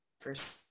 first